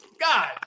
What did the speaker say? God